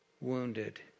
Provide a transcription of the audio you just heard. wounded